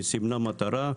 היא סימנה מטרה,